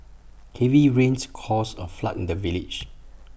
heavy rains caused A flood in the village